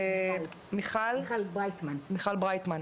מיכל ברייטמן.